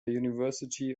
university